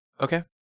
okay